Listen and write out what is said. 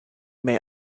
may